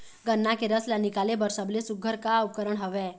गन्ना के रस ला निकाले बर सबले सुघ्घर का उपकरण हवए?